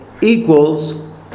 equals